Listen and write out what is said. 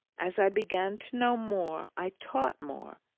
as i began to know more, i taught more,